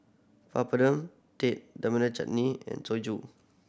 Papadum Date Tamarind Chutney and